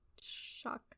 Shock